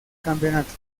campeonato